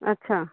अच्छा